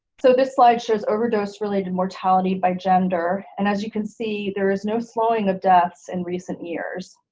so this slide shows overdose-related mortality by gender, and as you can see there is no slowing of deaths in recent years.